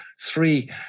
three